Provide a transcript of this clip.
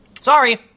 Sorry